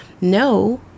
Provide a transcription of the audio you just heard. No